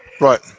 Right